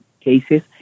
cases